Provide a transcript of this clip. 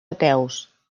ateus